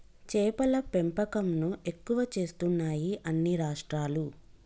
చేపల పెంపకం ను ఎక్కువ చేస్తున్నాయి అన్ని రాష్ట్రాలు